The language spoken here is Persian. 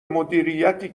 مدیریتی